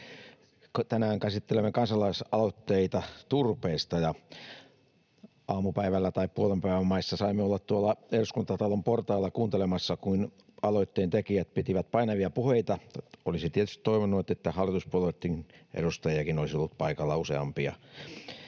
Tänään käsittelemme kansalaisaloitteita turpeesta. Aamupäivällä tai puolenpäivän maissa saimme olla Eduskuntatalon portailla kuuntelemassa, kun aloitteen tekijät pitivät painavia puheita. Olisi tietysti toivonut, että hallituspuolueittenkin edustajia olisi ollut paikalla useampia.